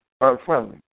unfriendly